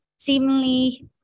Seemingly